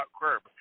curb